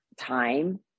time